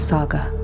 Saga